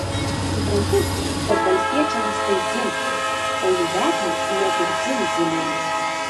suprantu kad valstiečiams tai dzin o jų vedliui net ir dzin dzilin